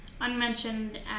unmentioned